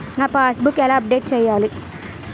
నా passbook ఎలా update చేయాలి?